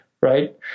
right